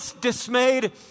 dismayed